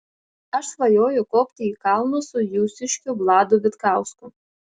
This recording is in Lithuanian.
aš svajoju kopti į kalnus su jūsiškiu vladu vitkausku